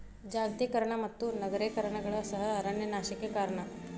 ಜಾಗತೇಕರಣದ ಮತ್ತು ನಗರೇಕರಣಗಳು ಸಹ ಅರಣ್ಯ ನಾಶಕ್ಕೆ ಕಾರಣ